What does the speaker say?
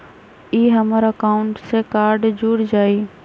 ई हमर अकाउंट से कार्ड जुर जाई?